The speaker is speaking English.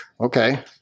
Okay